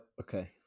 okay